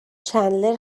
چندلر